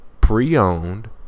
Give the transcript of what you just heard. pre-owned